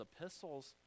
epistles